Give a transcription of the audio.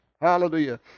Hallelujah